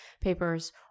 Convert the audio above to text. papers